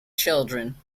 children